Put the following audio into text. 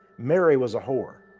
mary was a whore.